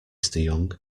young